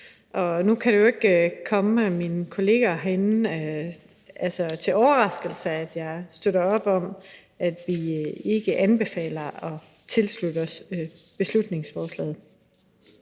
nu kan det jo ikke komme som en overraskelse for mine kollegaer herinde, at jeg støtter op om, at vi ikke anbefaler at tilslutte os beslutningsforslaget.